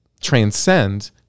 transcend